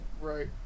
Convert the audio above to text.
Right